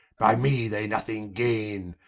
by me they nothing gaine,